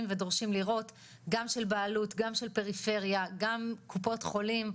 ודורשים לראות גם של בעלות גם של פריפריה גם קופות חולים,